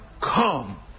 come